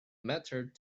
mattered